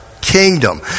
kingdom